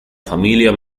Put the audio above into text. familia